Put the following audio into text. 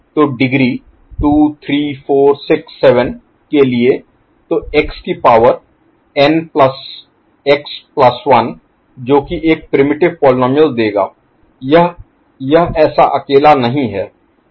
तो डिग्री 2 3 4 6 7 के लिए तो x की power n plus x plus 1 जो कि एक प्रिमिटिव Primitive आदिम पोलीनोमिअल देगा यह यह ऐसा अकेला नहीं है